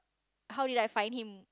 how did I find him